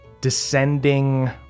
descending